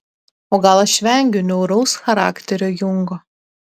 o gal aš vengiu niauraus charakterio jungo